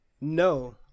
No